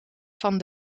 van